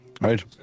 right